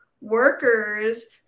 workers